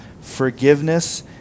forgiveness